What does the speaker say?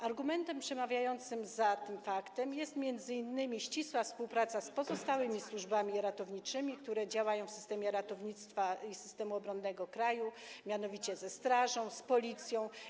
Argumentem przemawiającym za tym faktem jest m.in. ścisła współpraca z pozostałymi służbami ratowniczymi, które działają w systemie ratownictwa i systemie obronnym kraju, mianowicie ze strażą, z policją.